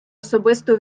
особисто